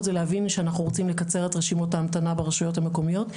זה להבין שאנחנו רוצים לקצר את רשימות ההמתנה ברשויות המקומיות.